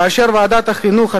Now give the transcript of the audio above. ואשר ועדת החינוך,